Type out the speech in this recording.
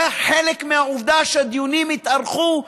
וחלק מהעובדה שהדיונים התארכו,